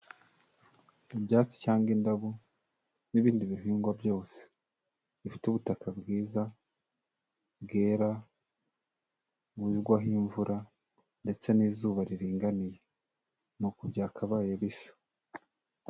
Ibyatsi cyangwa indabo n'ibindi bihingwa byose. Bifite ubutaka bwiza, bwera, bugwaho imvura ndetse n'izuba riringaniye. Ni uku byakabaye bisa.